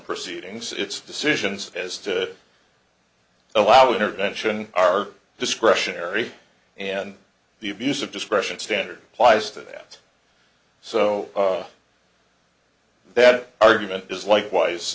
proceedings its decisions as to allow intervention are discretionary and the abuse of discretion standard applies to that so that argument does likewise